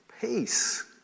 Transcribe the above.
peace